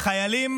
חיילים